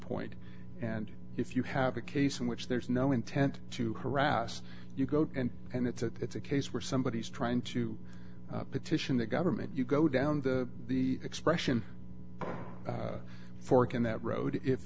point and if you have a case in which there is no intent to harass you go and and it's a case where somebody is trying to petition the government you go down the expression fork in that road if